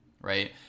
right